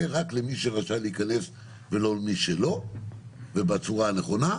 רק למי שרשאי להיכנס ולא למי שלא ובצורה הנכונה.